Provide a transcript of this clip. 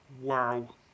Wow